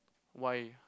why